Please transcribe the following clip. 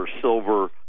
silver